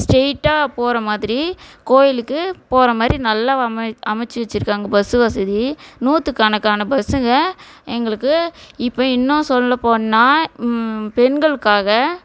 ஸ்ட்ரைட்டாக போகிற மாதிரி கோயிலுக்கு போகிற மாதிரி நல்லா வ அம அமைத்து வச்சுருக்காங்க பஸ்ஸு வசதி நூற்று கணக்கான பஸ்ஸுங்கள் எங்களுக்கு இப்போ இன்னும் சொல்லப்போனால் பெண்களுக்காக